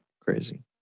crazy